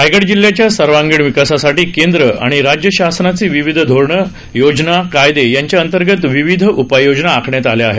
रायगड जिल्ह्याच्या सर्वांगिण विकासासाठी केंद्र आणि राज्य शासनाची विविध धोरणं योजना कायदे यांच्या अंतर्गत विविध उपाययोजना आखण्यात आल्या आहेत